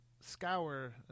scour